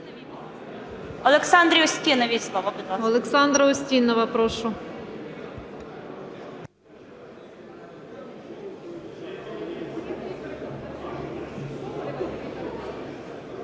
Олександра Устінова, прошу.